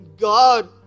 God